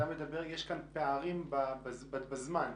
יש כאן פערים בזמן.